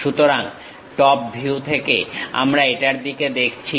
সুতরাং top view থেকে আমরা এটার দিকে দেখছি